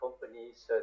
companies